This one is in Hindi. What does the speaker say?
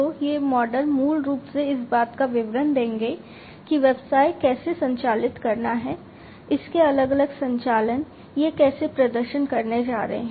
तो ये मॉडल मूल रूप से इस बात का विवरण देंगे कि व्यवसाय कैसे संचालित करना है इसके अलग अलग संचालन यह कैसे प्रदर्शन करने जा रहे हैं